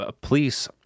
Police